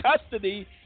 custody